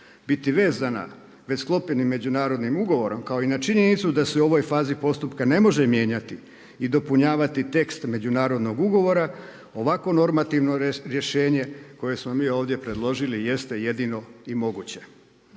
biti vezana već sklopljenim međunarodnim ugovorom kao i na činjenicu da se u ovoj fazi postupka ne može mijenjati i dopunjavati tekst međunarodnog ugovora ovako normativno rješenje koje smo mi ovdje predložili jeste jedino i moguće.